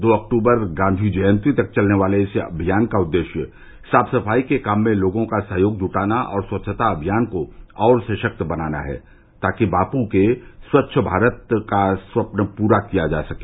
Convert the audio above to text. दो अक्टूबर गांधी जयंती तक चलने वाले इस अभियान का उदेश्य साफ सफाई के काम में लोगों का सहयोग जुटाना और स्वच्छता अभियान को और सशक्त बनाना है ताकि बापू के स्वच्छ भारत का स्वपन पूरा किया जा सके